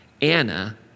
Anna